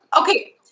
Okay